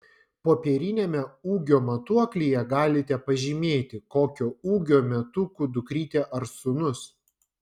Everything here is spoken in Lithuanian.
popieriniame ūgio matuoklyje galite pažymėti kokio ūgio metukų dukrytė ar sūnus